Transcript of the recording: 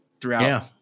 throughout